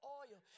oil